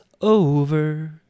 over